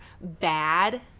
bad